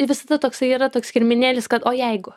tai visada toksai yra toks kirminėlis kad o jeigu